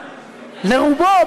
לרובו,